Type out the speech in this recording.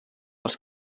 els